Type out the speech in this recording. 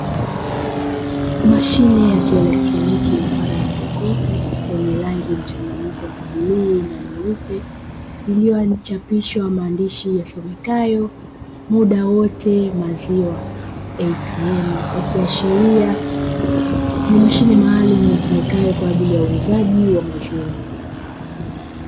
Machine ya kielektroniki mfano wa jokofu, lenye rangi mchanganyiko ya bluu na nyeupe, iliyochapishwa maandishi yasomekayo "muda wote maziwa ATM", yakiashiria ni mashine maalumu itumikayo kwa ajili ya uuzaji wa maziwa.